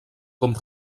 com